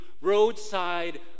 roadside